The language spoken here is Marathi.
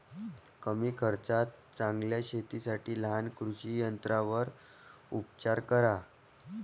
कमी खर्चात चांगल्या शेतीसाठी लहान कृषी यंत्रांवर उपचार करा